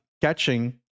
catching